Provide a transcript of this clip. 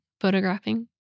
Photographing